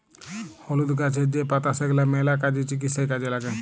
হলুদ গাহাচের যে পাতা সেগলা ম্যালা কাজে, চিকিৎসায় কাজে ল্যাগে